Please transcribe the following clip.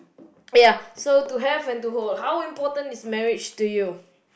ya to have and to hold how important is marriage to you